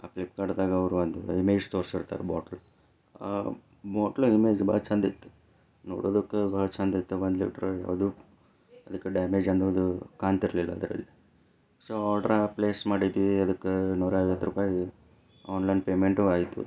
ಆ ಫ್ಲಿಪ್ಕಾರ್ಟ್ದಾಗ ಅವರೊಂದು ಇಮೇಜ್ ತೋರಿರ್ಸ್ತಾರೆ ಬಾಟ್ಲ್ದು ಬಾಟ್ಲ್ ಇಮೇಜ್ ಭಾಳ ಚಂದ ಇತ್ತು ನೋಡೋದಕ್ಕೆ ಭಾಳ ಚಂದ ಇತ್ತು ಒಂದು ಲೀಟರ್ ಅದು ಅದಕ್ಕೆ ಡ್ಯಾಮೇಜ್ ಅನ್ನೋದು ಕಾಣ್ತಿರ್ಲಿಲ್ಲ ಅದರಲ್ಲಿ ಸೋ ಆರ್ಡರ ಪ್ಲೇಸ್ ಮಾಡಿದ್ವಿ ಅದಕ್ಕೆ ನೂರಾ ಐವತ್ತು ರೂಪಾಯಿ ಆನ್ಲೈನ್ ಪೇಮೆಂಟೂ ಆಯಿತು